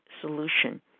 solution